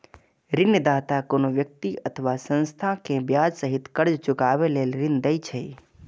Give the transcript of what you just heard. ऋणदाता कोनो व्यक्ति अथवा संस्था कें ब्याज सहित कर्ज चुकाबै लेल ऋण दै छै